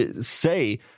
say